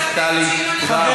הוא צריך קודם כול להתנצל,